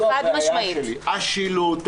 זאת הבעיה שלי: השילוט,